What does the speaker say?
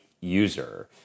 user